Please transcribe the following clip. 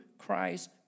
Christ